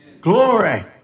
Glory